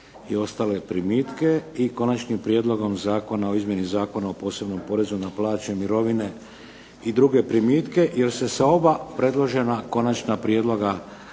i ostale primitke i konačnim prijedlogom Zakona o izmjeni Zakona o posebnom porezu na plaće, mirovine i druge primitke. Jer se sa oba predložena konačna prijedloga